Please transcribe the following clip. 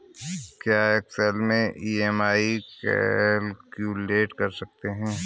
क्या एक्सेल में EMI calculate कर सकते हैं?